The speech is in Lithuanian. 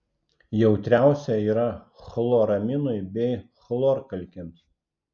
jautriausia yra chloraminui bei chlorkalkėms